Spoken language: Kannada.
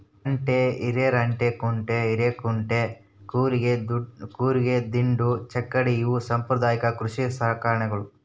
ರಂಟೆ ಹಿರೆರಂಟೆಕುಂಟೆ ಹಿರೇಕುಂಟೆ ಕೂರಿಗೆ ದಿಂಡು ಚಕ್ಕಡಿ ಇವು ಸಾಂಪ್ರದಾಯಿಕ ಕೃಷಿ ಸಲಕರಣೆಗಳು